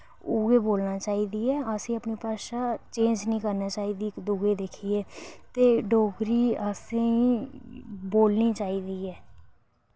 उ'ऐ बोलना चाहिदी ऐ असेंगी अपनी भाशा चेंज़ निं करना चाहिदी इक्क दूऐ गी दिक्खियै ते डोगरी असेंगी बोलना चाहिदी ऐ